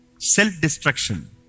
Self-destruction